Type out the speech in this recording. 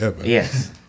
yes